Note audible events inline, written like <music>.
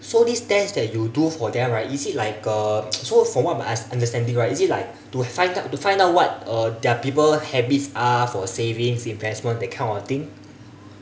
so this test that you do for them right is it like a <noise> so from what my understanding right is it like to find out to find out what uh their people habits are for saving investment that kind of thing